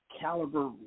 caliber